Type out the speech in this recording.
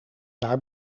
daar